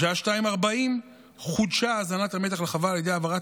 בשעה 02:40 חודשה הזנת המתח לחווה על ידי העברת